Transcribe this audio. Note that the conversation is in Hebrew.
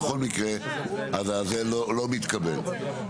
אז לכן אני